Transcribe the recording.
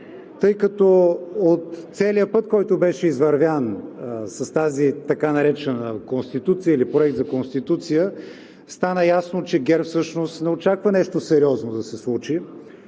тъй като от целия път, който беше извървян с тази така наречена Конституция или Проект за Конституция, стана ясно, че ГЕРБ всъщност не очаква нещо сериозно да се случи.